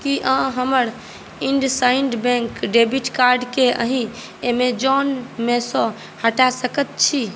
की अहाँ हमर IndusInd bank debit card केँ एहि ऐमेज़ौन पे मेसँ हटा सकैत छी